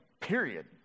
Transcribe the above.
period